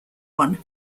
one